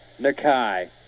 Nakai